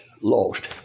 Lost